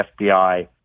FBI